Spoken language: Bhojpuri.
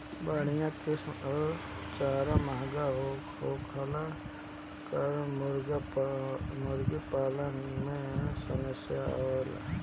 बढ़िया किसिम कअ चारा महंगा होखला के कारण मुर्गीपालन में समस्या आवेला